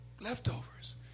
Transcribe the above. leftovers